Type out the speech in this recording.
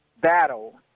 battle